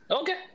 okay